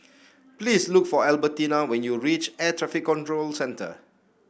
please look for Albertina when you reach Air Traffic Control Centre